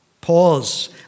pause